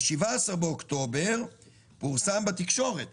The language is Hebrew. ב-17 באוקטובר פורסם בתקשורת